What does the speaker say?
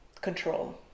control